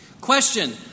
Question